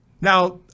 Now